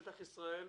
שטח ישראל,